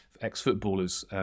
ex-footballers